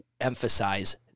emphasize